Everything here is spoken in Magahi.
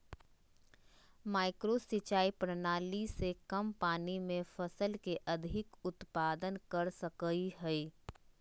माइक्रो सिंचाई प्रणाली से कम पानी में फसल के अधिक उत्पादन कर सकय हइ